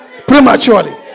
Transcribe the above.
prematurely